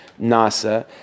Nasa